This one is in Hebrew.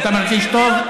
אתה מרגיש טוב?